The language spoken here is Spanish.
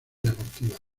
deportivas